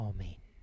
Amen